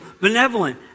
benevolent